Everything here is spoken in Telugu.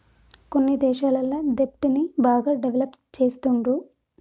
కొన్ని దేశాలల్ల దెబ్ట్ ని బాగా డెవలప్ చేస్తుండ్రు